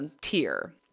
tier